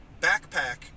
backpack